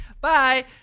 Bye